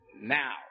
Now